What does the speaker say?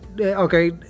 Okay